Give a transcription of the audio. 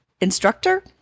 instructor